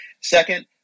Second